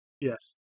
Yes